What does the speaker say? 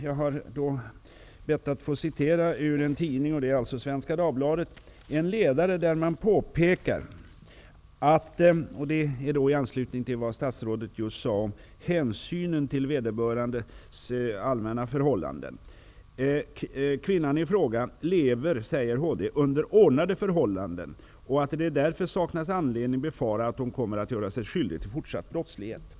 Jag har bett att få citera ur en ledare i Svenska Dagbladet, där man påpekar -- i anslutning till vad statsrådet just sade om hänsynen till vederbörandes allmänna förhållanden -- att HD förklarat ''att kvinnan ''lever under ordnade förhållanden och att det saknas anledning befara att hon kommer att göra sig skyldig till fortsatt brottslighet'' ''.